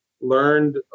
learned